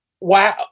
wow